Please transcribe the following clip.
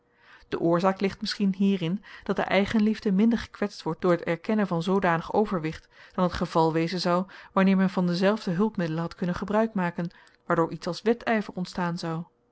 de oorzaak ligt misschien hierin dat de eigenliefde minder gekwetst wordt door t erkennen van zoodanig overwicht dan t geval wezen zou wanneer men van dezelfde hulpmiddelen had kunnen gebruik maken waardoor iets als wedyver ontstaan zou